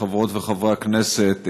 חברות וחברי הכנסת,